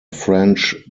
french